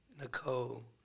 Nicole